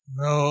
no